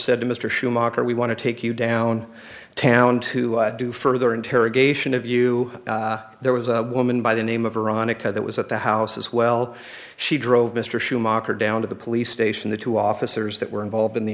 to mr schumacher we want to take you down town to do further interrogation of you there was a woman by the name of veronica that was at the house as well she drove mr schumacher down to the police station the two officers that were involved in the